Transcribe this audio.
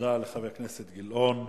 תודה לחבר הכנסת גילאון.